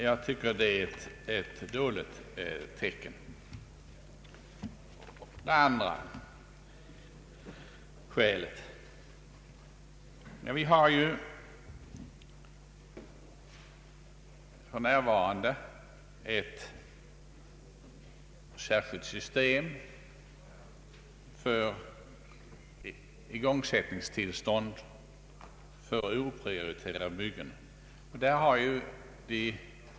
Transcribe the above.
Jag tycker att det är ett dåligt tecken. Det andra skälet: vi har för närvarande ett särskilt system för igångsättningstillstånd för oprioriterade byggen.